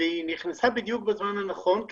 בדיוק בזמן הנכון,